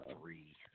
three